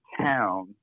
town